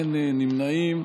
אין נמנעים.